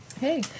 Hey